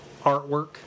artwork